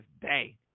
day